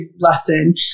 lesson